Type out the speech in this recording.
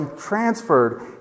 transferred